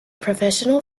professional